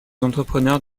entrepreneurs